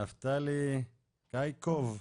נפתלי קייאקוב,